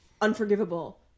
unforgivable